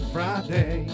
Friday